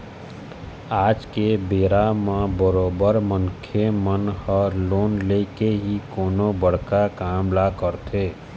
आज के बेरा म बरोबर मनखे मन ह लोन लेके ही कोनो बड़का काम ल करथे